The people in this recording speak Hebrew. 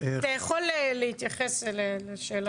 אתה יכול להתייחס לשאלה.